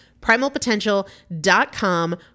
Primalpotential.com